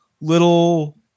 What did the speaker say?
Little